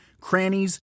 crannies